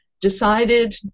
decided